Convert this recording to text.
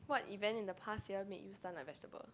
what event in the past year make you stun like vegetable